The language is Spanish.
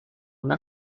una